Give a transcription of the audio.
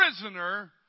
prisoner